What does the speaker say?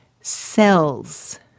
Cells